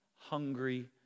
hungry